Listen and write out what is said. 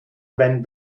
wenn